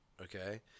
okay